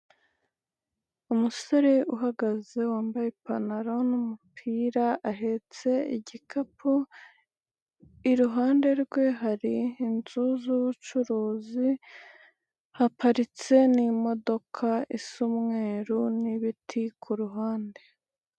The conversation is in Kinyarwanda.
Umusore uhagaze wambaye ipantaro n'umupira, ahetse igikapu, iruhande rwe hari inzu z'ubucuruzi, haparitse n'imodoka isa umweru n'ibiti ku ruhande.